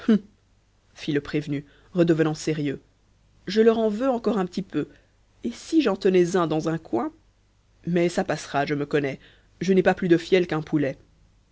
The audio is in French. fit le prévenu redevenant sérieux je leur en veux encore un petit peu et si j'en tenais un dans un coin mais ça passera je me connais je n'ai pas plus de fiel qu'un poulet